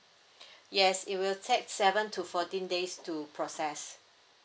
yes it will take seven to fourteen days to process